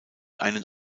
einen